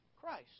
Christ